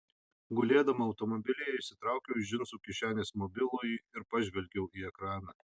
gulėdama automobilyje išsitraukiau iš džinsų kišenės mobilųjį ir pažvelgiau į ekraną